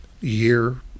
year